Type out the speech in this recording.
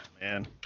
man